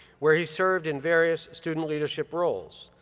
where he served in various student leadership roles.